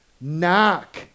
knock